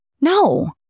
No